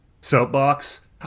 soapbox